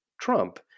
Trump